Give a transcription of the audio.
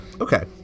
Okay